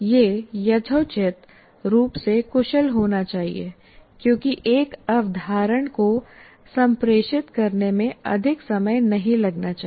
यह यथोचित रूप से कुशल होना चाहिए क्योंकि एक अवधारणा को संप्रेषित करने में अधिक समय नहीं लगना चाहिए